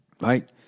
right